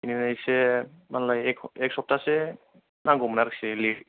बिदिनो एसे मालाय एख एख सप्तासे नांगौमोन आरोखि लिभ